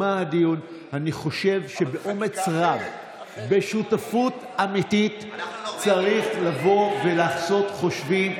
אני חושב שבאומץ רב ושותפות אמיתית צריך לבוא ולעשות חושבים,